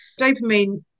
dopamine